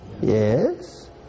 Yes